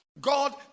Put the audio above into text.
God